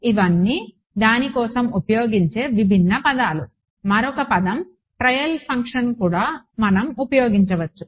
ఇవన్నీ దాని కోసం ఉపయోగించే విభిన్న పదాలు మరొక పదం ట్రయల్ ఫంక్షన్ కూడా మనం ఉపయోగించవచ్చు